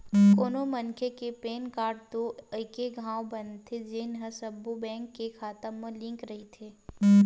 कोनो मनखे के पेन कारड तो एके घांव बनथे जेन ह सब्बो बेंक के खाता म लिंक रहिथे